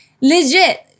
Legit